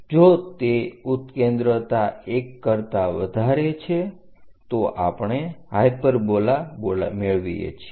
જો તે ઉત્કેન્દ્રતા 1 કરતાં વધારે છે તો આપણે હાઈપરબોલા મેળવીએ છીએ